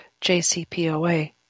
JCPOA